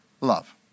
love